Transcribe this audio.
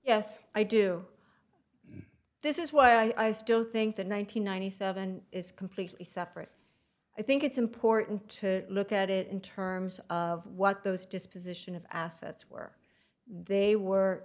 yes i do this is why i still think the nine hundred ninety seven is completely separate i think it's important to look at it in terms of what those disposition of assets were they were